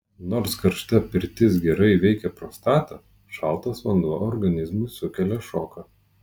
nors karšta pirtis gerai veikia prostatą šaltas vanduo organizmui sukelia šoką